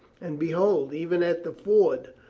and, behold, even at the ford,